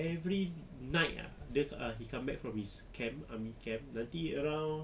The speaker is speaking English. every night ah dia ah he come back from his camp army camp nanti around